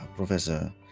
Professor